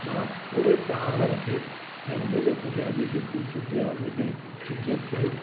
मां पूरे पहाड़नि खे ऐं उन जे पुठिया जेकी ख़ूबसूरती आहे उन खे चित्रित कयो